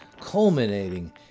culminating